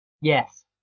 Yes